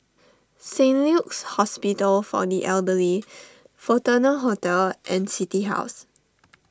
Saint Luke's Hospital for the Elderly Fortuna Hotel and City House